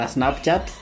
Snapchat